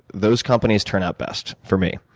those companies turn out best, for me,